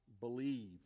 believe